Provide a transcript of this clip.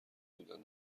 بودن